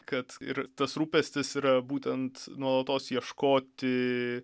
kad ir tas rūpestis yra būtent nuolatos ieškoti